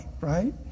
right